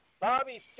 Bobby